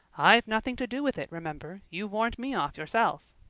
i've nothing to do with it, remember. you warned me off yourself.